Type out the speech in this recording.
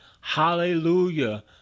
hallelujah